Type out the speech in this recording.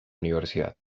universidad